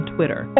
Twitter